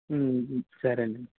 సరే అండి